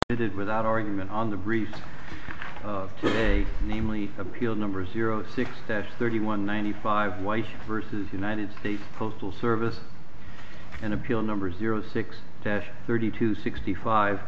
it did without argument on the briefs today namely appeal number zero six s thirty one ninety five white versus united states postal service and appeal number zero six dash thirty to sixty five